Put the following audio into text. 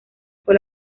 fue